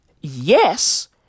yes